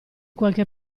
qualche